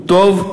הוא טוב,